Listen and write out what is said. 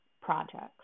projects